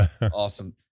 Awesome